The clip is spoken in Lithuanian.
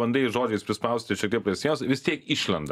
ba bandai žodžiais prispausti šiek tiek prie sienos vis tiek išlenda